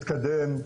מתקדם,